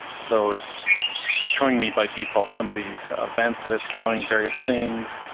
so it's showing me by default some of these events that it's counting various things.